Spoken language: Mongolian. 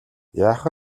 яах